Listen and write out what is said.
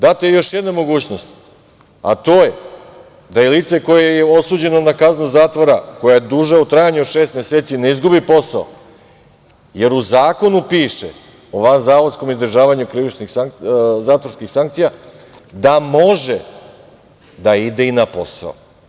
Data je još jedna mogućnost, a to je da lice koje je osuđeno na kaznu zatvora koja je duža u trajanju od šest meseci, ne izgubi posao, jer u zakonu piše, o vanzavodskom izdržavanju krivičnih zatvorskih sankcija, da može da ide i na posao.